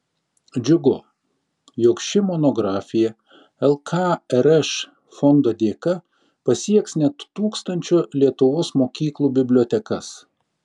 džiugu jog ši monografija lkrš fondo dėka pasieks net tūkstančio lietuvos mokyklų bibliotekas